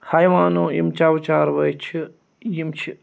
حیوانو یِم چَو چاروٲے چھِ یِم چھِ